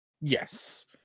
Yes